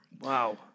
Wow